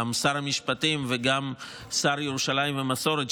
גם שר המשפטים וגם השר לירושלים ומסורת,